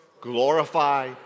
Glorify